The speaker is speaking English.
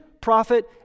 prophet